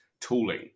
tooling